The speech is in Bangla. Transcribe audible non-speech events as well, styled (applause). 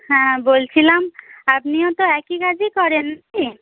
হ্যাঁ বলছিলাম আপনিও তো একই কাজই করেন (unintelligible) কি